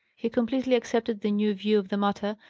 he completely accepted the new view of the matter,